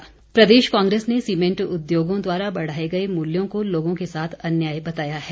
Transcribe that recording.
कांग्रेस प्रदेश कांग्रेस ने सीमेंट उद्योगों द्वारा बढ़ाए गए मूल्यों को लोगों के साथ अन्याय बताया है